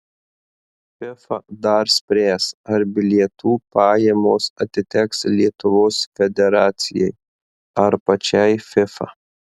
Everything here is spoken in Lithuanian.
fifa dar spręs ar bilietų pajamos atiteks lietuvos federacijai ar pačiai fifa